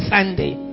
Sunday